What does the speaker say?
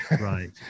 Right